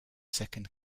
second